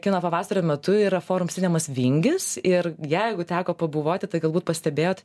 kino pavasario metu yra forum cinemas vingis ir jeigu teko pabuvoti tai galbūt pastebėjot